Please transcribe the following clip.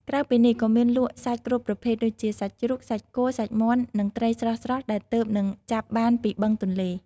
ក្រៅពីនេះ ក៏មានលក់សាច់គ្រប់ប្រភេទ ដូចជា សាច់ជ្រូក សាច់គោ សាច់មាន់ និងត្រីស្រស់ៗដែលទើបនឹងចាប់បានពីបឹងទន្លេ។